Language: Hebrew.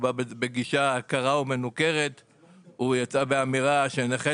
הוא בא בגישה קרה ומנוכרת והוא יצא באמירה שנכי